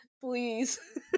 Please